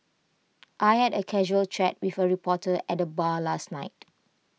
I had A casual chat with A reporter at the bar last night